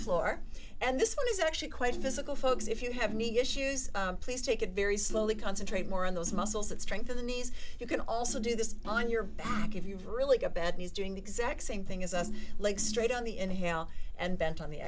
floor and this one is actually quite physical folks if you have any issues please take it very slowly concentrate more on those muscles that strengthen the knees you can also do this on your back if you've really got bad knees doing the exact same thing as us leg straight on the inhale and bent on the